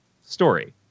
story